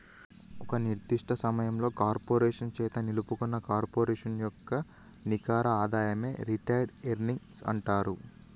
ఒక నిర్దిష్ట సమయంలో కార్పొరేషన్ చేత నిలుపుకున్న కార్పొరేషన్ యొక్క నికర ఆదాయమే రిటైన్డ్ ఎర్నింగ్స్ అంటరు